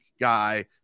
guy